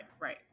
right